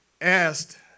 asked